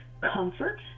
comfort